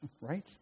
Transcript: right